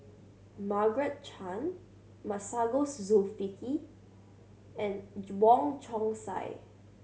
Margaret Chan Masagos Zulkifli and Wong Chong Sai